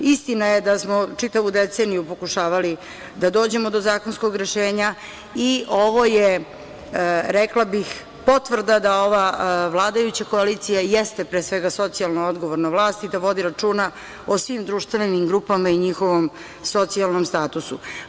Istina je da smo čitavu deceniju pokušavali da dođemo do zakonskog rešenja i ovo je, rekla bih, potvrda da ova vladajuća koalicija jeste, pre svega, socijalno odgovorna vlast i da vodi računa o svim društvenim grupama i njihovom socijalnom statusu.